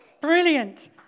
Brilliant